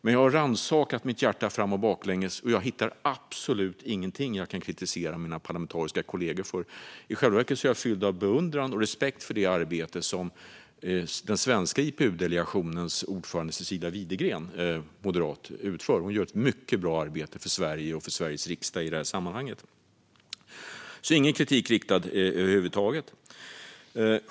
Men här har jag rannsakat mitt hjärta fram och baklänges, och jag hittar absolut ingenting jag kan kritisera mina parlamentariska kollegor för. I själva verket är jag fylld av beundran och respekt för det arbete som den svenska IPU-delegationens ordförande Cecilia Widegren, moderat, utför. Hon gör ett mycket bra arbete för Sverige och för Sveriges riksdag i det här sammanhanget. Ingen kritik riktad över huvud taget, alltså!